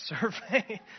survey